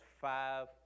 five